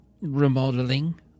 remodeling